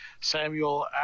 Samuel